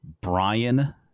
Brian